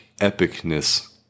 epicness